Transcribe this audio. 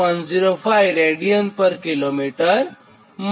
00105 radian પર કિમી મળે